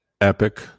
epic